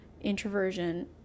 introversion